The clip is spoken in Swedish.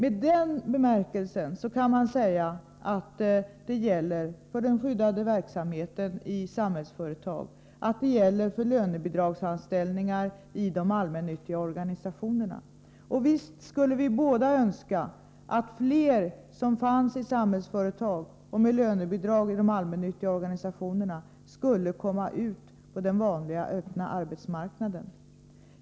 I den bemärkelsen kan man möjligen tala om förvaring i den skyddade verksamheten i Samhällsföretag, och den gäller i så fall lönebidragsanställda i de allmännyttiga organisationerna. Visst skulle vi båda önska att flera av dem som är anställda i Samhällsföretag eller arbetar med lönebidrag i de allmännyttiga organisationerna skulle komma ut på den vanliga öppna arbetsmarknaden.